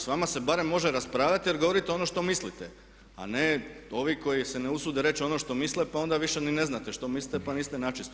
S vama se barem može raspravljati jer govorite ono što mislite, a ne ovi koji se ne usude reći ono što misle pa onda više ni ne znate što misle pa nisu načistu.